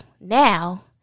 now